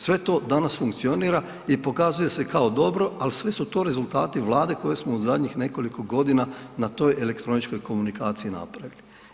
Sve to danas funkcionira i pokazuje se kao dobro, al sve su to rezultati Vlade koje smo u zadnjih nekoliko godina na toj elektroničkoj komunikaciji napravili.